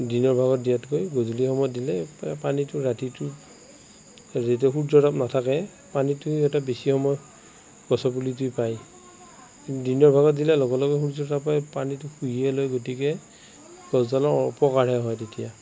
দিনৰ ভাগত দিয়াতকৈ গধূলি সময়ত দিলে এই পানীটো ৰাতিটোৰ যেতিয়া সূৰ্য্যৰ তাপ নাথাকে পানীটো সিহঁতে বেছি সময় গছৰ পুলিটোৱে পায় দিনৰ পোহৰত দিলে লগে লগে সূৰ্য্যৰ তাপে পানীটো শুহিয়ে লয় গতিকে গছডালৰ অপকাৰহে হয় তেতিয়া